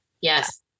Yes